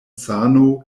sano